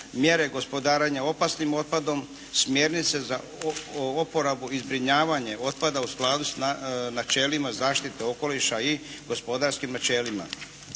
mjere gospodarenja opasnim otpadom, smjernice za oporabu i zbrinjavanje otpada u skladu s načelima zaštite okoliša i gospodarskim načelima,